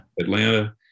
Atlanta